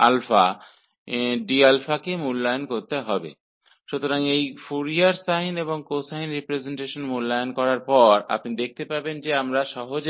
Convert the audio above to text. तो इसका Fourier sine और कोसाइन रिप्रेज़ेंटेशन करने के बाद आप देखेंगे कि हम वहां